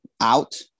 out